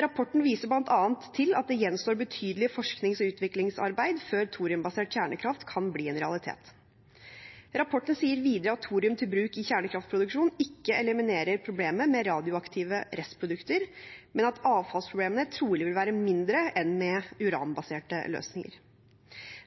Rapporten viser bl.a. til at det gjenstår betydelig forsknings- og utviklingsarbeid før thoriumbasert kjernekraft kan bli en realitet. Rapporten sier videre at thorium til bruk i kjernekraftproduksjon ikke eliminerer problemet med radioaktive restprodukter, men at avfallsproblemene trolig vil være mindre enn med uranbaserte løsninger.